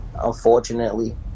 unfortunately